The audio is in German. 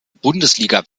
bundesliga